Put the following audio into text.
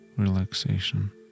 Relaxation